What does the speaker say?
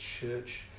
church